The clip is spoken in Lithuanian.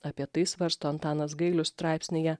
apie tai svarsto antanas gailius straipsnyje